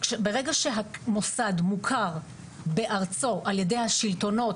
ברגע שהמוסד מוכר בארצו על ידי השלטונות,